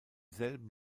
selben